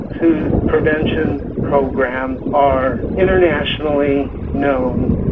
whose prevention programs are internationally known.